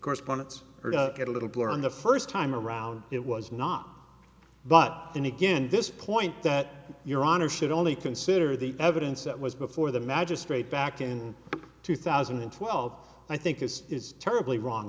correspondence or get a little blurb on the first time around it was not but then again this point that your honor should only consider the evidence that was before the magistrate back in two thousand and twelve i think is is terribly wrong